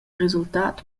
resultat